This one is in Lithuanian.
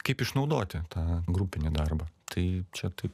kaip išnaudoti tą grupinį darbą tai čia taip